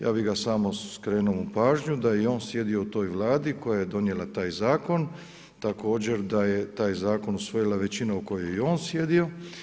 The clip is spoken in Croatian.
Ja bih mu samo skrenuo pažnju da je i on sjedio u toj vladi koja je donijela taj zakon, također da je taj zakon usvojila većina u kojoj je on sjedio.